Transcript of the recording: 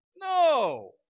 No